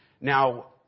Now